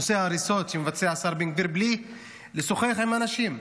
נושא ההריסות שמבצע השר בן גביר בלי לשוחח עם אנשים.